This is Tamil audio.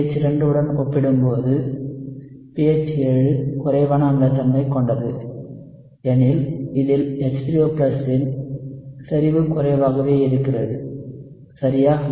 pH 2 உடன் ஒப்பிடும்போது pH 7 குறைவான அமிலத்தன்மை கொண்டது எனில் இதில் H3O இன் செறிவு குறைவாக இருக்கிறது சரியா